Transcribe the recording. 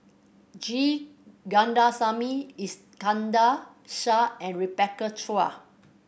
G Kandasamy Iskandar Shah and Rebecca Chua